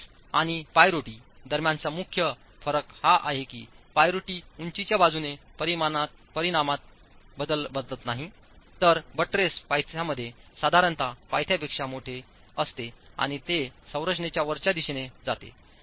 buttress आणि पायरोटी दरम्यानचा मुख्य फरक हा आहे की पायरोटी उंचीच्या बाजूने परिमाणात बदलत नाही तर बट्रेस पायथ्यामध्ये साधारणत पायथ्यापेक्षा मोठे असते आणि ते संरचनेच्या वरच्या दिशेने जाते